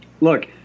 look